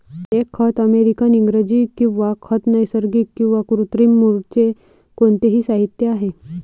एक खत अमेरिकन इंग्रजी किंवा खत नैसर्गिक किंवा कृत्रिम मूळचे कोणतेही साहित्य आहे